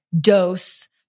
dose